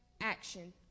action